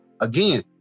again